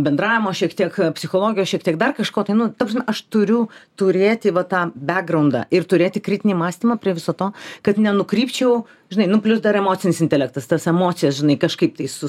bendravimo šiek tiek psichologijos šiek tiek dar kažko tai nu ta prasme aš turiu turėti va tą begraundą ir turėti kritinį mąstymą prie viso to kad nenukrypčiau žinai nu plius dar emocinis intelektas tas emocijas žinai kažkaip tai sus